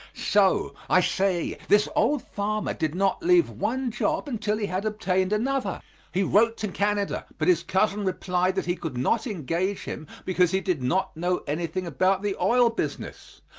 so i say this old farmer did not leave one job until he had obtained another he wrote to canada, but his cousin replied that he could not engage him because he did not know anything about the oil business.